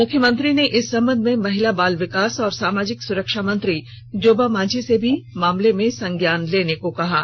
मुख्यमंत्री ने इस संबंध में महिला बाल विकास और सामाजिक सुरक्षा मंत्री जोबा मांझी से भी मामले में संज्ञान लेने को कहा है